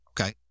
Okay